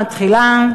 ההצבעה מתחילה.